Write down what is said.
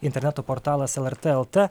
interneto portalas lrt lt